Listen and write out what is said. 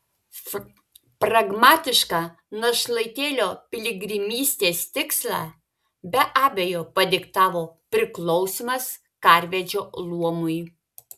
pragmatišką našlaitėlio piligrimystės tikslą be abejo padiktavo priklausymas karvedžio luomui